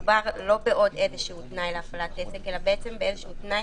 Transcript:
מדובר לא בעוד איזשהו תנאי להפעלת עסק אלא בעצם באיזשהו תנאי